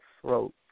throat